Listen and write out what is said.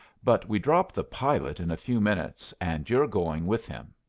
but we drop the pilot in a few minutes and you're going with him.